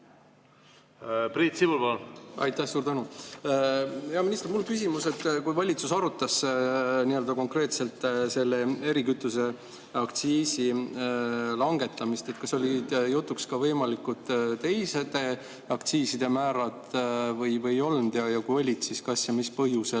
Priit Sibul, palun! Aitäh, suur tänu! Hea minister, mul on küsimus, et kui valitsus arutas konkreetselt selle erikütuse aktsiisi langetamist, siis kas olid jutuks ka võimalikud teised aktsiiside määrad või ei olnud. Kui olid, siis mis põhjusel